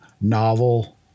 novel